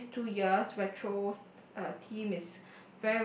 this two years retro uh theme is